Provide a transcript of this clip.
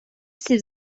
سیب